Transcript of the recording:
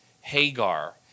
Hagar